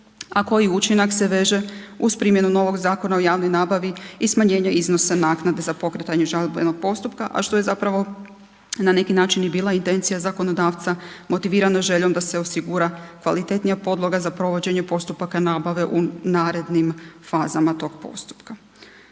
a koji učinak se veže uz primjenu novog Zakona o javnoj nabavi i smanjenju iznosa naknade za pokretanje žalbenog postupka, a što je zapravo na neki način i bila intencija zakonodavca motivirano željom da se osigura kvalitetnija podloga za provođenje postupaka nabave u narednim fazama tog postupka.